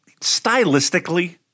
Stylistically